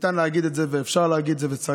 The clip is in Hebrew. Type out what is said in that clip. ניתן להגיד את זה ואפשר להגיד את זה וצריך,